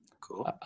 cool